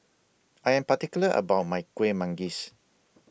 I Am particular about My Kueh Manggis